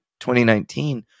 2019